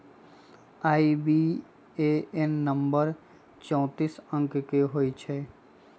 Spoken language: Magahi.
आई.बी.ए.एन नंबर चौतीस अंक के होइ छइ